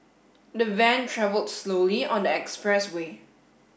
the van travelled slowly on the expressway